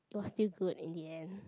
was still good in the end